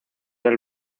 del